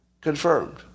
Confirmed